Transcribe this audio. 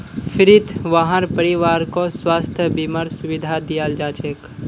फ्रीत वहार परिवारकों स्वास्थ बीमार सुविधा दियाल जाछेक